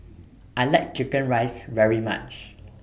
I like Chicken Rice very much